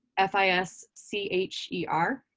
f i s c h e r,